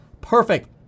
perfect